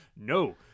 no